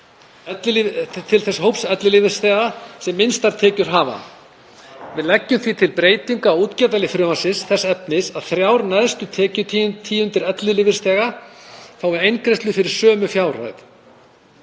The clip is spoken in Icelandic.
til þess hóps ellilífeyrisþega sem minnstar tekjur hefur. Við leggjum til breytingu á útgjaldalið frumvarpsins þess efnis að þrjár neðstu tekjutíundir ellilífeyrisþega fái eingreiðslu fyrir sömu fjárhæð.